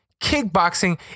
kickboxing